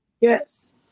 yes